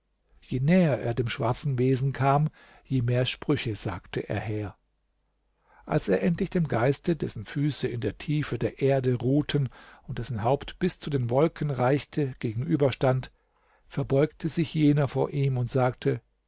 je näher er dem schwarzen wesen kam je mehr sprüche sagte er her als er endlich dem geiste dessen füße in der tiefe der erde ruhten und dessen haupt bis zu den wolken reichte gegenüberstand verbeugte sich jener vor ihm und sagte